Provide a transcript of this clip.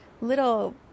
little